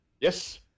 yes